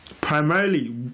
primarily